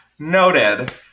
Noted